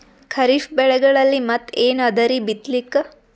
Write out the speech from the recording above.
ಖರೀಫ್ ಬೆಳೆಗಳಲ್ಲಿ ಮತ್ ಏನ್ ಅದರೀ ಬಿತ್ತಲಿಕ್?